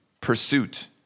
pursuit